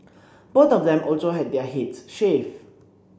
both of them also had their heads shaved